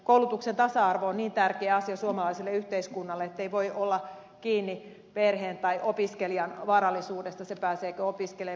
koulutuksen tasa arvo on niin tärkeä asia suomalaiselle yhteiskunnalle ettei voi olla kiinni perheen tai opiskelijan varallisuudesta se pääseekö opiskelemaan